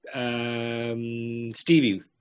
Stevie